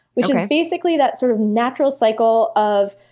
which is basically that sort of natural cycle of,